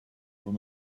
from